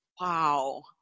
Wow